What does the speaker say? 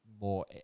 more